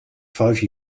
five